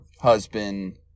husband